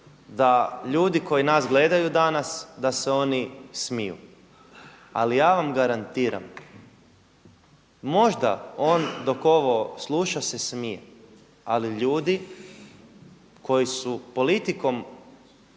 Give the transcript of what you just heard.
da ljudi koji nas gledaju danas da se oni smiju. Ali ja vam garantiram možda on dok ovo sluša se smije, ali ljudi koji su politikom